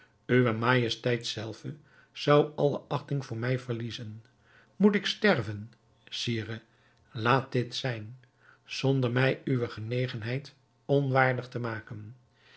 uwe majesteit zelve zou alle achting voor mij verliezen moet ik sterven sire laat dit zijn zonder mij uwe genegenheid onwaardig te maken